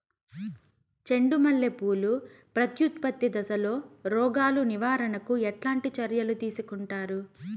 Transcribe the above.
చెండు మల్లె పూలు ప్రత్యుత్పత్తి దశలో రోగాలు నివారణకు ఎట్లాంటి చర్యలు తీసుకుంటారు?